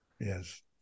Yes